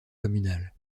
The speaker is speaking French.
communal